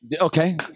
Okay